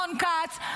רון כץ,